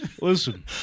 Listen